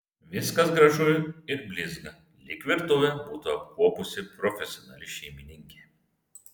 viskas gražu ir blizga lyg virtuvę būtų apkuopusi profesionali šeimininkė